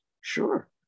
Sure